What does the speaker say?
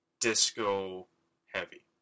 disco-heavy